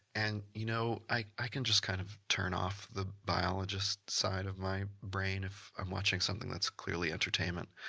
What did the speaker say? and you know, i i can just, kind of, turn off the biologist side of my brain if i'm watching something that's clearly entertainment.